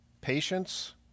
patience